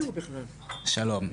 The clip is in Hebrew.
שלום,